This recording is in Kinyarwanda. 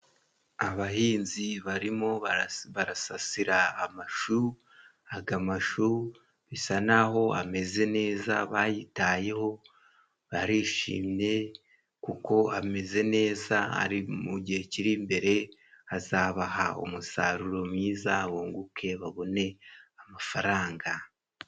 Abahinzi barimo barasasira amashu. Aga mashu bisa n'aho ameze neza, bayitayeho barishimye kuko ameze neza ,ari mu gihe kiri imbere azabaha umusaruro mwiza bunguke babone amafaranga.